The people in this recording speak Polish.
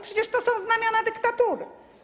Przecież to są znamiona dyktatury.